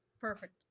perfect